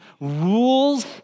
rules